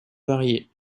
variée